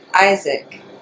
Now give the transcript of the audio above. Isaac